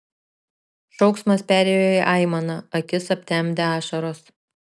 šauksmas perėjo į aimaną akis aptemdė ašaros